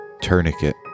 tourniquet